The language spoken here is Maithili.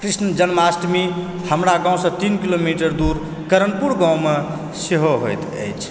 कृष्ण जन्माष्टमी हमरा गाँवसँ तीन किलोमीटर दूर करणपुर गाँवमे सेहो होइत अछि